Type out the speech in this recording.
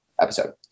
episode